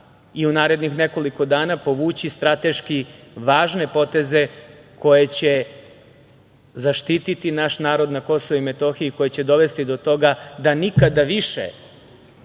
i u narednih nekoliko dana povući strateški važne poteze koje će zaštititi naš narod na KiM, koji će dovesti do toga da nikada više